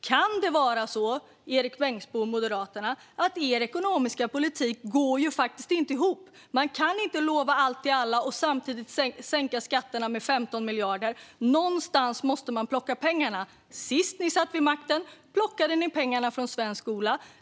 Kan det vara så, Erik Bengtzboe i Moderaterna, att er ekonomiska politik inte går ihop? Man kan inte lova allt till alla och samtidigt sänka skatterna med 15 miljarder. Någonstans måste pengarna plockas ifrån. Senast ni satt vid makten plockade ni pengarna från svensk skola.